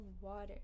water